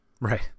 Right